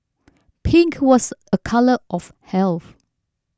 pink was a colour of health